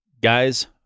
Guys